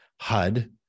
HUD